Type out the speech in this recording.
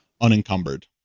unencumbered